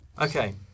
Okay